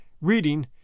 reading